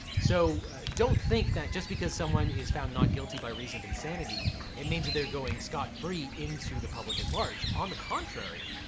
so don't think that just because someone is found not guilty by reason of insanity it means that they're going scot free into the public at large, on the contrary,